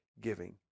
giving